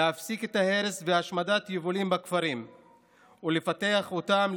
להפסיק את ההרס והשמדת היבולים בכפרים ולפתח אותם,